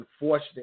unfortunate